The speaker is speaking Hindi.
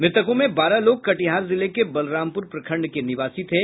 मृतकों में बारह लोग कटिहार जिले के बलरामपुर प्रखंड के निवासी थे